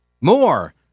More